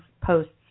posts